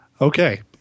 Okay